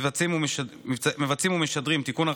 מבצעים ומשדרים (תיקון,